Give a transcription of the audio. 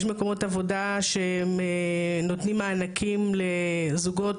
יש מקומות עבודה שהם נותנים מענקים לזוגות,